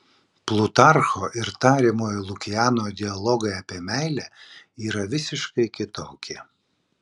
plutarcho ir tariamojo lukiano dialogai apie meilę yra visiškai kitokie